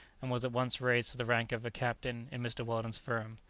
and was at once raised to the rank of a captain in mr. weldon's firm.